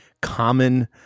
common